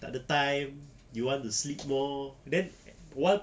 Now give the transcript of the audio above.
takde time you want to sleep more then work